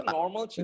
normal